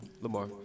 Lamar